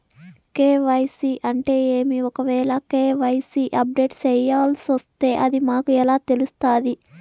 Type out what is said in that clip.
KYC అంటే ఏమి? ఒకవేల కె.వై.సి అప్డేట్ చేయాల్సొస్తే అది మాకు ఎలా తెలుస్తాది?